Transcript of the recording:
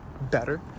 better